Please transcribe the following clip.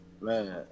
man